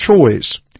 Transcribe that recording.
choice